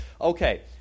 Okay